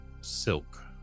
silk